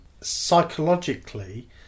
psychologically